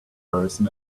person